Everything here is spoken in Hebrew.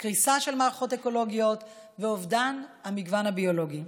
קריסה של מערכות אקולוגיות ואובדן המגוון הביולוגי.